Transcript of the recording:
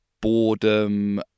boredom